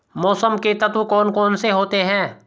मौसम के तत्व कौन कौन से होते हैं?